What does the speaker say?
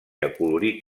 acolorit